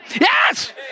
Yes